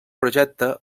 projecte